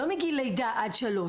לא מגיל לידה עד שלוש.